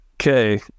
okay